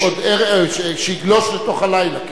שיגלוש לתוך הלילה, כן.